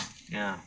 ya